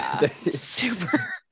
super